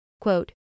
Quote